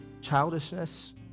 Childishness